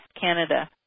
Canada